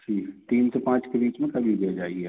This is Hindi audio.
ठीक है तीन से पाँच के बीच में कभी भी आ जाइए